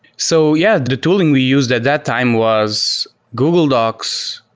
so yeah, the tooling we used at that time was google docs,